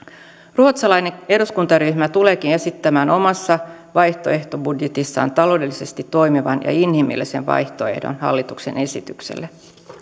ruotsalainen eduskuntaryhmä tuleekin esittämään omassa vaihtoehtobudjetissaan taloudellisesti toimivan ja inhimillisen vaihtoehdon hallituksen esitykselle